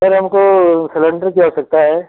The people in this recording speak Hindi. कह रहे हमको सिलेंडर की आवश्यकता है